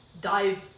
dive